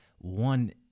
one